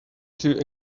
two